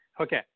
Okay